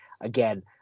again